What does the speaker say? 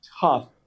tough